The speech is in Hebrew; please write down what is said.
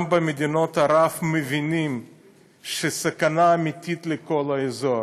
גם במדינות ערב מבינים שהסכנה האמיתית לכל האזור